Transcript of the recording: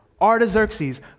Artaxerxes